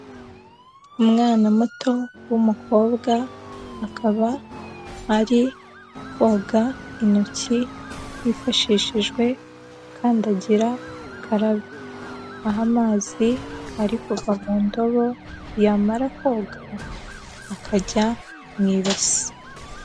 Umwana muto w'umukobwa, akaba ari koga intoki hifashishijwe kandagira ukarabe aho amazi arimo kuva mu ndobo yamara koga akajya mu ibasi.